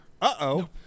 uh-oh